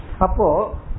Apo